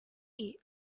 eat